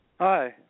Hi